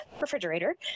refrigerator